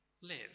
Live